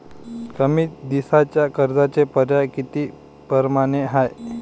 कमी दिसाच्या कर्जाचे पर्याय किती परमाने हाय?